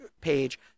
page